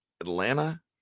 Atlanta